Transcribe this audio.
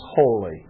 holy